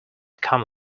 come